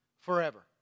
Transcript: forever